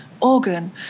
organ